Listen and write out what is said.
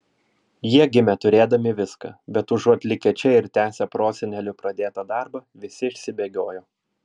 jie gimė turėdami viską bet užuot likę čia ir tęsę prosenelių pradėtą darbą visi išsibėgiojo